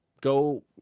go